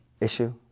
issue